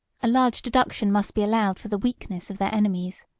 a large deduction must be allowed for the weakness of their enemies.